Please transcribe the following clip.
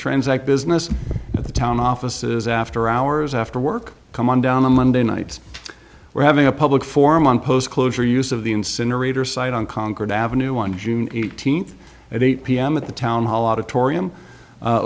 transact business at the town offices after hours after work come on down on monday nights we're having a public forum on post closure use of the incinerator site on concord avenue on june eighteenth at eight pm at the town hall auditorium